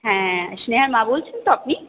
হ্যাঁ স্নেহার মা বলছেন তো আপনি